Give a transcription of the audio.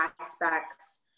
aspects